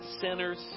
sinners